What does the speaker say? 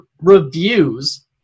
reviews